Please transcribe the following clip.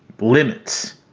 limits,